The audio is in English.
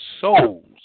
souls